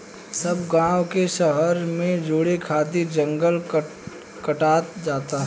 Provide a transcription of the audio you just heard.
सब गांव के शहर से जोड़े खातिर जंगल कटात जाता